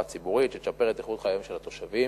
ציבורית שתשפר את איכות חייהם של התושבים.